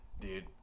Dude